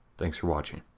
thanks for watching.